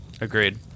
Agreed